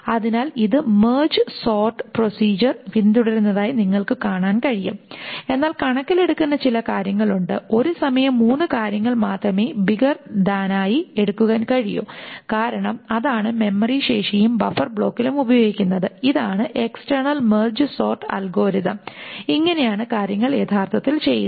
അതിനാൽ ഇത് merge sort procedure പിന്തുടരുന്നതായി നിങ്ങൾക്ക് കാണാൻ കഴിയും എന്നാൽ കണക്കിലെടുക്കുന്ന ചില കാര്യങ്ങൾ ഉണ്ട് ഒരു സമയം മൂന്ന് കാര്യങ്ങൾ മാത്രമേ ബിഗർ ദാനിനായി എടുക്കാൻ കഴിയൂ കാരണം അതാണ് മെമ്മറി ശേഷിയും ബഫർ ബ്ലോക്കിലും ഉപയോഗിക്കുന്നത് ഇതാണ് എക്സ്ടെർണൽ മെർജ് സോർട്ട് അൽഗോരിതം ഇങ്ങനെയാണ് കാര്യങ്ങൾ യഥാർത്ഥത്തിൽ ചെയ്യുന്നത്